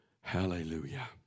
Hallelujah